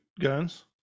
guns